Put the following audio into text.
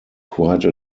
quite